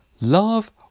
love